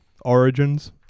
Origins